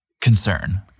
concern